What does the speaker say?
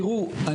תראו,